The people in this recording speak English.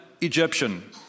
Egyptian